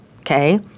okay